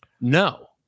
no